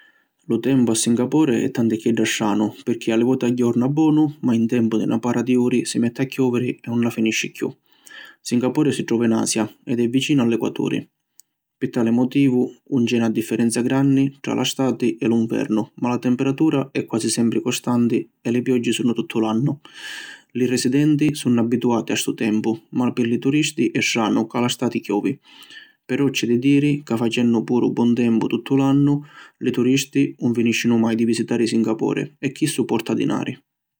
Lu tempu a Singapore è tanticchiedda stranu pirchì a li voti agghiorna bonu ma in tempu di na para di uri si metti a chioviri e ‘un la finisci chiù. Singapore si trova in Asia ed è vicinu l’equaturi pi tali motivu 'un c’è na differenza granni tra la stati e lu nvernu, ma la temperatura è quasi sempri costanti e li pioggi sunnu tuttu l’annu. Li residenti sunnu abbituati a ‘stu tempu ma pi li turisti è stranu ca la stati chiovi. Però c’è di diri ca facennu puru bon tempu tuttu l’annu, li turisti ‘un finiscinu mai di visitari Singapore e chissu porta dinari.